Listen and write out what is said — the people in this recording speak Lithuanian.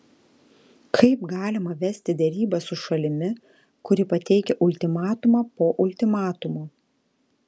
kaip galima vesti derybas su šalimi kuri pateikia ultimatumą po ultimatumo